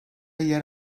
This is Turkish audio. yer